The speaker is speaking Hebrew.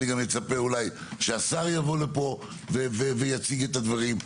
מצפה שהשר יבוא לפה ויציג את הדברים.